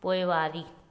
पोइवारी